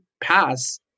pass